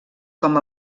com